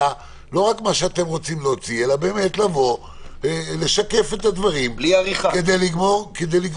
לא רק מה שאתם רוצים להוציא אלא באמת לבוא לשקף את הדברים כדי לדעת